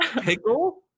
pickle